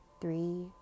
three